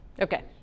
Okay